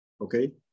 okay